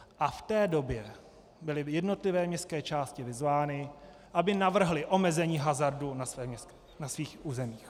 A v té době byly jednotlivé městské části vyzvány, aby navrhly omezení hazardu na svých územích.